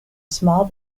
small